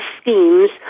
schemes